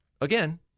again